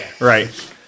Right